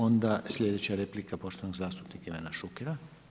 Onda sljedeća replika poštovanog zastupnika Ivana Šukera.